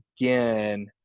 again